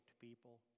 people